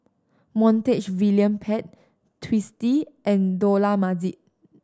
Montague William Pett Twisstii and Dollah Majid